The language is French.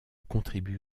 contribue